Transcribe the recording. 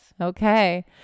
Okay